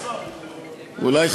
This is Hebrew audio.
אולי,